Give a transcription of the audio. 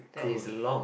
that is long